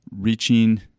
reaching